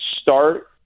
start